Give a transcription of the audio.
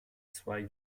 zwei